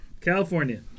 California